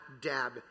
dab